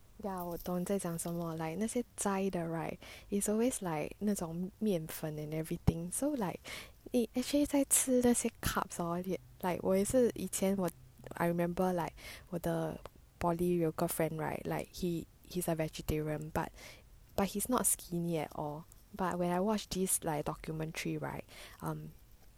ya 我懂你在讲什么 like 那些斋的 right is always like 那种面粉 and everything so like eh actually 在吃那些 carbs hor like 我也是以前我 I remember like 我的 poly 有个 friend right like he is a vegetarian but but he is not skinny at all but when I watch this like documentary right um